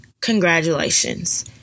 congratulations